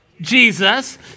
Jesus